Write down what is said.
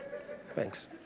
Thanks